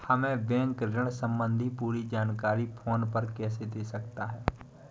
हमें बैंक ऋण संबंधी पूरी जानकारी फोन पर कैसे दे सकता है?